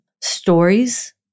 stories